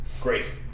Great